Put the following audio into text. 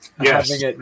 Yes